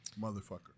Motherfucker